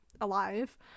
alive